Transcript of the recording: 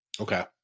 Okay